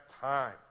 time